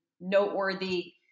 noteworthy